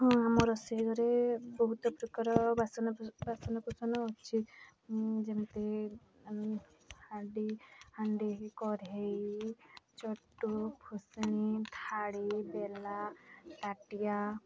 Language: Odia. ହଁ ଆମ ରୋଷେଇ ଘରେ ବହୁତ ପ୍ରକାର ବାସନ ବାସନ କୁସନ ଅଛି ଯେମିତି ହାଣ୍ଡି ହାଣ୍ଡି କଢ଼େଇ ଚଟୁ ଖୁସଣି ଥାଡ଼ି ବେଲା ତାଟିଆ